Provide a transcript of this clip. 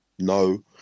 No